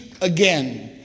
again